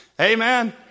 Amen